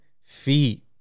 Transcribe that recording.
feet